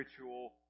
ritual